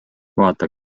vaata